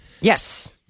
Yes